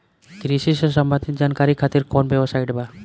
कृषि से संबंधित जानकारी खातिर कवन वेबसाइट बा?